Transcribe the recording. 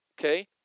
Okay